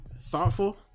thoughtful